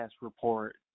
report